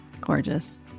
Gorgeous